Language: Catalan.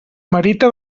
merita